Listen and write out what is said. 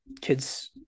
kids